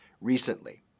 recently